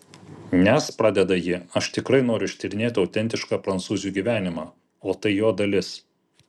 nes pradeda ji aš tikrai noriu ištyrinėti autentišką prancūzių gyvenimą o tai jo dalis